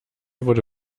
wurde